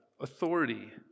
authority